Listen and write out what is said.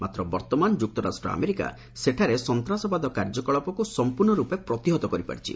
ମାତ୍ର ବର୍ତ୍ତମାନ ଯୁକ୍ତରାଷ୍ଟ୍ର ଆମେରିକା ସେଠାରେ ସନ୍ତାସବାଦ କାର୍ଯ୍ୟଳାପକୁ ସଂପୂର୍ଣ୍ଣ ରୂପେ ପ୍ରତିହତ କରିପାରିଛି